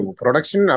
production